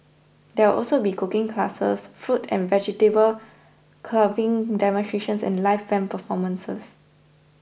there will also be cooking classes fruit and vegetable carving demonstrations and live band performances